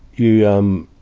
you, um,